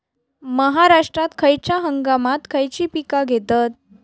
महाराष्ट्रात खयच्या हंगामांत खयची पीका घेतत?